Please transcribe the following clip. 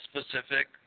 specific